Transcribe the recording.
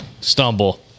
Stumble